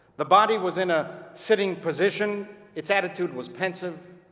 the body was in a sitting position, its attitude was pensive.